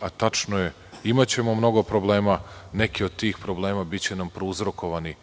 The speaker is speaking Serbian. a tačno je, imaćemo mnogo problema. Neki od tih problema biće nam prouzrokovani